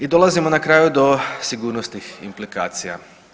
I dolazimo na kraju do sigurnosnih implikacija.